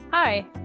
Hi